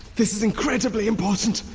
this is incredibly important.